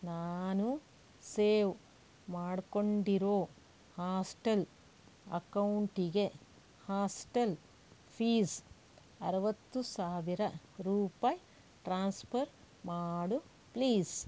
ನಾನು ಸೇವ್ ಮಾಡ್ಕೊಂಡಿರೋ ಹಾಸ್ಟೆಲ್ ಅಕೌಂಟಿಗೆ ಹಾಸ್ಟೆಲ್ ಫೀಸ್ ಅರವತ್ತು ಸಾವಿರ ರೂಪಾಯಿ ಟ್ರಾನ್ಸ್ಫರ್ ಮಾಡು ಪ್ಲೀಸ್